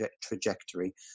trajectory